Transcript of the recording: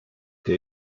der